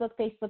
Facebook